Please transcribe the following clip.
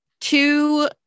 two